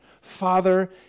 Father